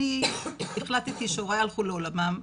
אני החלטתי כשהוריי הלכו לעולמם,